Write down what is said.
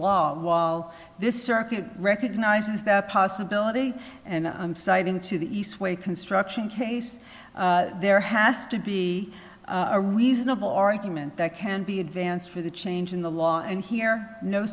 law wall this circuit recognizes that possibility and citing to the east way construction case there has to be a reasonable argument that can be advanced for the change in the law and here no